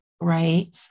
right